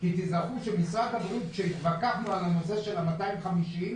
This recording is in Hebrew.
תזכרו שמשרד הבריאות, כאשר התווכחנו על המספר 250,